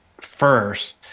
first